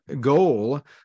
goal